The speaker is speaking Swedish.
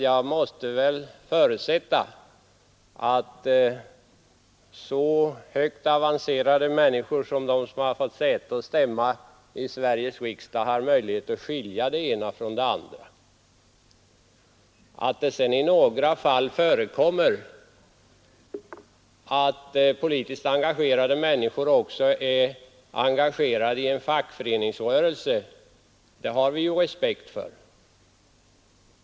Jag måste väl förutsätta att så högt avancerade människor som fått säte och stämma i Sveriges riksdag har möjlighet att skilja det ena från det andra. Att det sedan i några fall förekommer att politiskt engagerade människor också är engagerade i en fackföreningsrörelse, har vi ju respekt för.